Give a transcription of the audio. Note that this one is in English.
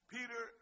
Peter